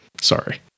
Sorry